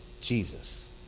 Jesus